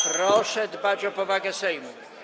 Proszę dbać o powagę Sejmu.